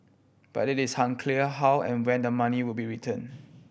but it is unclear how and when the money will be return